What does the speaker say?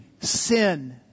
sin